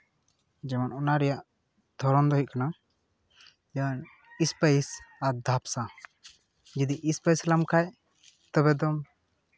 ᱡᱮᱢᱚᱱ ᱚᱱᱟ ᱨᱮᱭᱟᱜ ᱫᱷᱚᱨᱚᱱ ᱫᱚ ᱦᱩᱭᱩᱜ ᱠᱟᱱᱟ ᱡᱮᱢᱚᱱ ᱤᱯᱥᱟᱭᱤᱥ ᱟᱨ ᱫᱷᱟᱯᱥᱟ ᱡᱩᱫᱤ ᱤᱥᱯᱟᱭᱤᱥ ᱞᱟᱢ ᱠᱷᱟᱡ ᱛᱚᱵᱮ ᱫᱚ